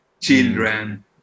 children